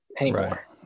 anymore